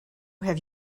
have